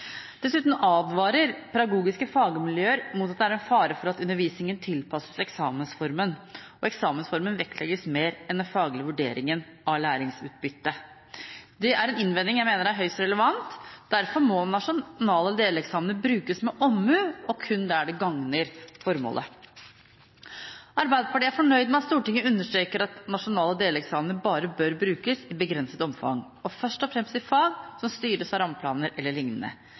Dessuten advarer pedagogiske fagmiljøer mot at det er en fare for at undervisningen tilpasses eksamensformen, og at eksamensformen vektlegges mer enn den faglige vurderingen av læringsutbyttet. Det er en innvending jeg mener er høyst relevant. Derfor må nasjonale deleksamener brukes med omhu og kun der det gagner formålet. Arbeiderpartiet er fornøyd med at Stortinget understreker at nasjonale deleksamener bare bør brukes i et begrenset omfang og først og fremst i fag som styres av rammeplaner